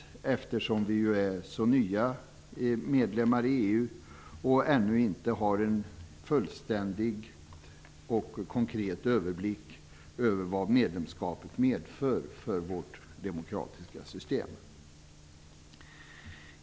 Vi är ju så pass nya medlemmar i EU och har ännu inte en fullständig och konkret överblick över vad medlemskapet medför för vårt demokratiska system.